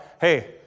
hey